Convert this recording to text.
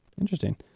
Interesting